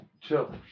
chill